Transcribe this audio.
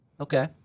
Okay